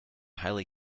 highly